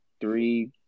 three